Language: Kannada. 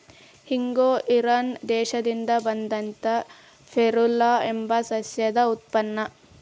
ಇಂಗು ಇರಾನ್ ದೇಶದಿಂದ ಬಂದಂತಾ ಫೆರುಲಾ ಎಂಬ ಸಸ್ಯದ ಉತ್ಪನ್ನ